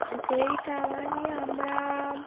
সেই টাকা নিয়ে আমরা